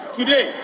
today